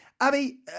Abby